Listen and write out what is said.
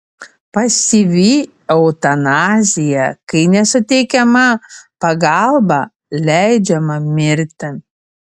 pasyvi eutanazija kai nesuteikiama pagalba leidžiama mirti